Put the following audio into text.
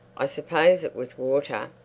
i suppose it was water.